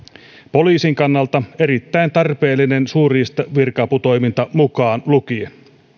poliisin kannalta erittäin tarpeellinen suurriistavirka aputoiminta mukaan lukien